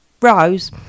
Rose